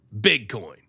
Bitcoin